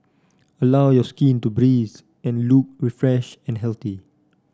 allow your skin to breathe and look refreshed and healthy